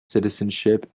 citizenship